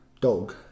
dog